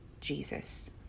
Jesus